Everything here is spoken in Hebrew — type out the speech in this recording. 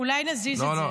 אוקיי.